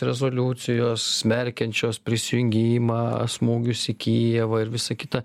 rezoliucijos smerkiančios prisijungimą smūgius į kijevą ir visa kita